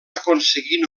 aconseguir